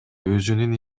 өзүнүн